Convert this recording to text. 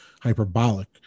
hyperbolic